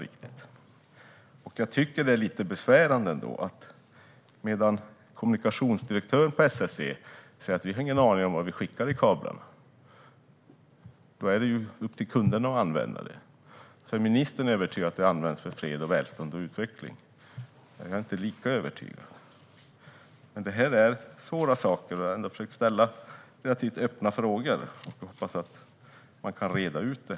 Det är lite besvärande att medan kommunikationsdirektören på SSC säger att man inte har en aning om vad man skickar i kablarna, att det är upp till kunderna att använda dem, är ministern övertygad om att de används för fred, välstånd och utveckling. Jag är inte lika övertygad. Dessa frågor är svåra. Jag har ändå försökt ställa relativt öppna frågor, och jag hoppas att det går att reda ut dem.